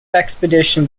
expedition